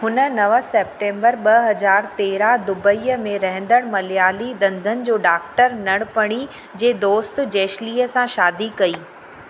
हुन नव सैप्टैंबर ॿ हज़ार तेरहं ते दुबईअ में रहंदड़ मलयाली ॾंदनि जो डॉक्टर नड़पणी जे दोस्त जेशलीअ सां शादी कई